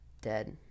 dead